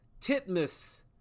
Titmus